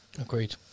Agreed